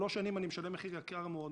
במשך שלוש שנים אני משלם מחיר יקר מאוד,